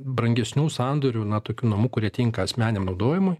brangesnių sandorių na tokių namų kurie tinka asmeniniam naudojimui